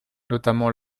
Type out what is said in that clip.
notamment